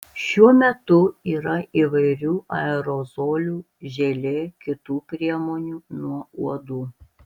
šiuo metu yra įvairių aerozolių želė kitų priemonių nuo uodų